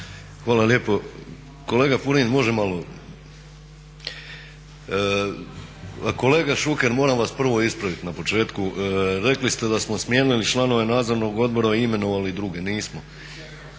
Hvala lijepo. Kolega Šuker moram vas prvo ispraviti na početku. Rekli ste da smo smijenili članove nadzornog odbora i imenovali druge, nismo.